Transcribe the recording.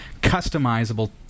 customizable